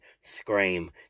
scream